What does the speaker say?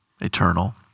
eternal